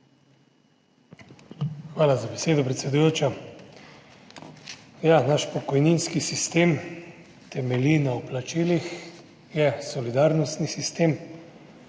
Hvala za besedo predsedujoča. Ja, naš pokojninski sistem temelji na vplačilih, je solidarnostni sistem,